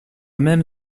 même